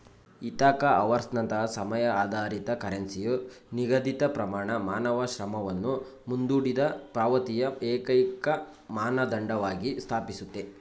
Ithaca ಅವರ್ಸ್ನಂತಹ ಸಮಯ ಆಧಾರಿತ ಕರೆನ್ಸಿಯು ನಿಗದಿತಪ್ರಮಾಣ ಮಾನವ ಶ್ರಮವನ್ನು ಮುಂದೂಡಿದಪಾವತಿಯ ಏಕೈಕಮಾನದಂಡವಾಗಿ ಸ್ಥಾಪಿಸುತ್ತೆ